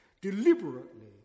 deliberately